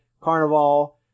Carnival